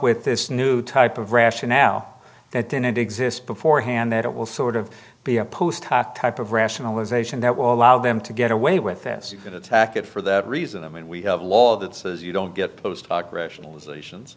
with this new type of rationale that then it exists beforehand that it will sort of be a post hoc type of rationalization that will allow them to get away with this you can attack it for that reason i mean we have a law that says you don't get post hoc rationalization